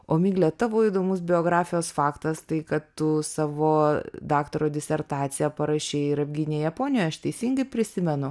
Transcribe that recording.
o migle tavo įdomus biografijos faktas tai kad tu savo daktaro disertaciją parašei ir apgynė japonijoje aš teisingai prisimenu